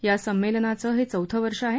या संमेलनाचं हे चौथं वर्ष आहे